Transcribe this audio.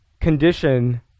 condition